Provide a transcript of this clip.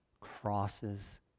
crosses